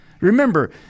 Remember